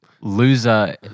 loser